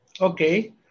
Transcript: Okay